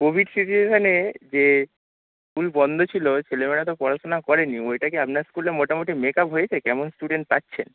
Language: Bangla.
কোভিড সিচুয়েশনে যে স্কুল বন্ধ ছিলো ছেলেমেয়েরা তো পড়াশোনা করে নি ওইটা কি আপনার স্কুলে মোটামুটি মেকআপ হয়েছে কেমন স্টুডেন্ট পাচ্ছেন